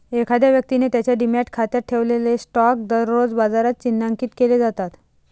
एखाद्या व्यक्तीने त्याच्या डिमॅट खात्यात ठेवलेले स्टॉक दररोज बाजारात चिन्हांकित केले जातात